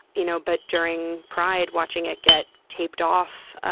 you know, but during pride, watching it get taped off.